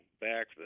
Back